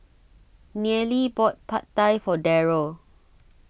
Nealie bought Pad Thai for Darryle